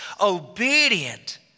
obedient